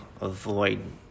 avoid